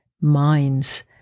minds